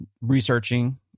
researching